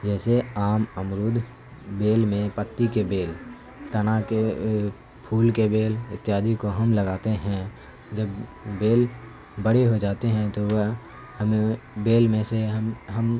جیسے آم امرود بیل میں پتی کے بیل تنا کے پھول کے بیل اتیادی کو ہم لگاتے ہیں جب بیل بڑی ہو جاتی ہے تو وہ ہمیں بیل میں سے ہم ہم